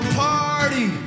party